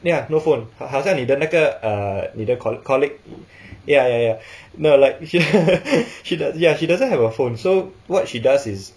ya no phone 好像你的那个 uh 你的 coll~ colleague ya ya ya no like she she ya she doesn't have a phone so what she does is